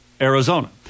Arizona